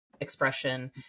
expression